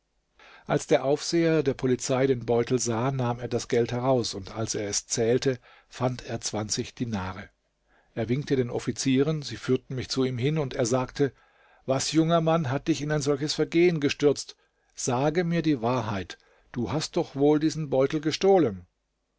als der aufseher der polizei den beutel sah nahm er das geld heraus und als er es zählte fand er dinare er winkte den offizieren sie führten mich zu ihm hin und er sagte was junger mann hat dich in ein solches vergehen gestürzt sage mir die wahrheit du hast doch wohl diesen beutel gestohlen